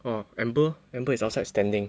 oh Amber Amber is outside standing